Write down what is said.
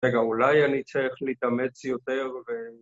‫רגע, אולי אני צריך להתאמץ יותר.